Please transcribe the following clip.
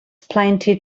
plenty